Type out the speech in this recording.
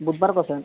ᱵᱩᱫᱽᱵᱟᱨ ᱠᱚᱥᱮᱫ